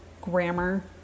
grammar